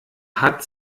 hat